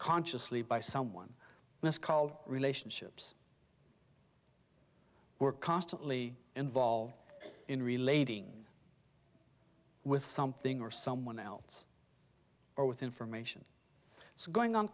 consciously by someone called relationships we're constantly involved in relating with something or someone else or with information going on